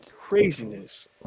craziness